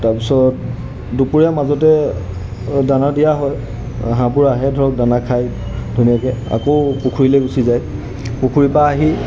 তাৰপিছত দুপৰীয়া মাজতে দানা দিয়া হয় হাঁহবোৰ আহে ধৰক দানা খাই ধুনীয়াকৈ আকৌ পুখুৰীলৈ গুচি যায় পুখুৰীৰপৰা আহি